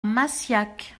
massiac